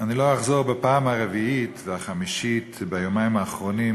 אני לא אחזור בפעם הרביעית והחמישית ביומיים האחרונים